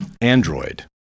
android